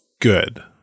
good